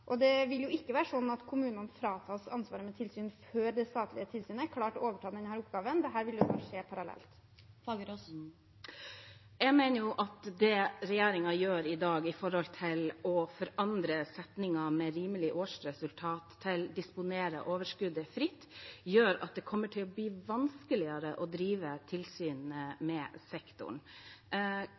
Og det vil ikke være sånn at kommunene fratas ansvaret for tilsyn før det statlige tilsynet er klart til å overta denne oppgaven. Dette vil skje parallelt. Jeg mener at det regjeringen gjør i dag med å forandre formuleringen «rimelig årsresultat» til å «disponere et eventuelt overskudd fritt», gjør at det kommer til å bli vanskeligere å drive tilsyn med sektoren.